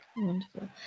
wonderful